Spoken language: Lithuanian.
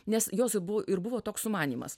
nes jos ir buv ir buvo toks sumanymas